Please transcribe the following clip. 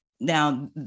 Now